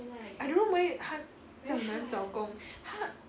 I don't know why 她这样难找工她